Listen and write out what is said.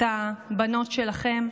את הבנות שלכם,